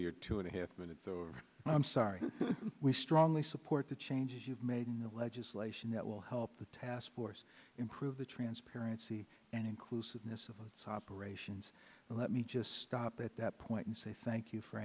your two and a half minutes i'm sorry we strongly support the changes you've made in the legislation that will help the task force improve the transparency and inclusiveness of its operations but let me just stop at that point and say thank you for